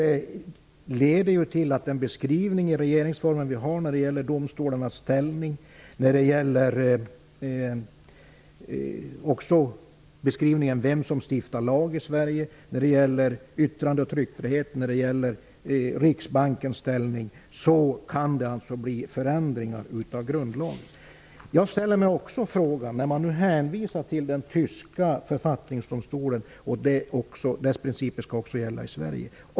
Det leder till att grundlagen kan komma att ändras i vad gäller regeringsformens beskrivning om domstolarnas ställning, vem som stiftar lag i Sverige, yttrande och tryckfrihet och Det har hänvisats till den tyska författningsdomstolen och att dess principer också skall gälla i Sverige.